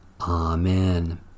Amen